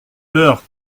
l’heure